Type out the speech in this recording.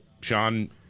Sean